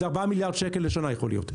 זה 4 מיליארד שקלים לשנה זה יכול להיות.